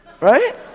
Right